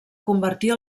convertir